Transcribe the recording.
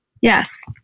Yes